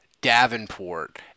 Davenport